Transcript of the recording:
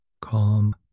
Calm